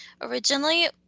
Originally